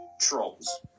trolls